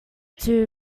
two